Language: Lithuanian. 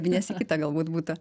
mėnesį į kitą galbūt butą